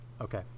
Okay